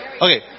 Okay